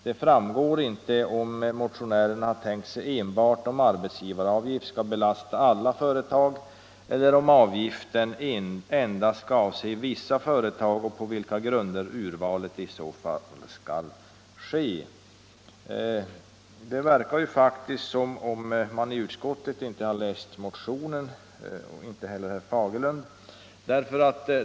Det framgår exempelvis inte om motionärerna tänkt sig en arbetsgivaravgift som skall belasta alla företag eller om avgiften endast skall avse vissa företag och på vilka grunder urvalet i så fall skall ske.” Det verkar faktiskt som om varken utskottets ledamöter eller herr Fagerlund har läst motionen.